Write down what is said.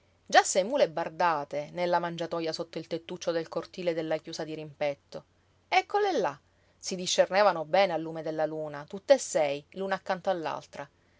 già sei mule bardate nella mangiatoja sotto il tettuccio del cortile della chiusa dirimpetto eccole là si discernevano bene al lume della luna tutt'e sei l'una accanto